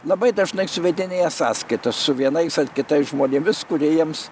labai dažnai suvedinėja sąskaitas su vienais ar kitais žmonėmis kurie jiems